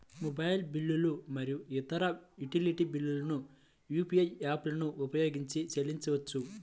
mobile బిల్లులు మరియు ఇతర యుటిలిటీ బిల్లులను యూ.పీ.ఐ యాప్లను ఉపయోగించి చెల్లించవచ్చు